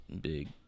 big